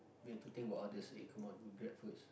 we have to think about others eh come on we grab first